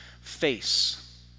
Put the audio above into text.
face